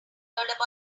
pondered